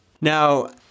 Now